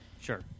Sure